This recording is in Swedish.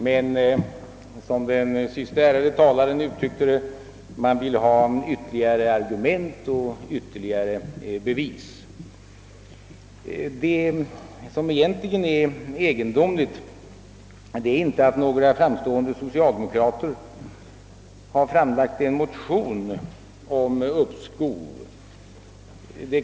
Men man Önskar, såsom den siste ärade talaren uttryckte det, få ytterligare argument och belägg för riktigheten av den anvisade vägen. Det som är egendomligt är inte att några framstående socialdemokrater har väckt en motion om uppskov.